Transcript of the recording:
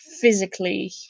physically